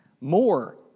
more